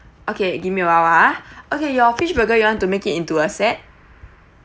okay give me a while ah okay your fish burger you want to make it into a set